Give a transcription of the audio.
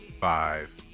five